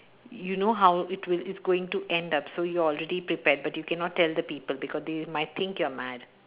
you know how it will it's going to end up so you already prepared but you cannot tell the people because they might think you are mad